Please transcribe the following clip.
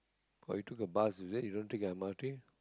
oh you took a bus is it you don't take the m_r_t